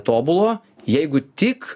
tobulo jeigu tik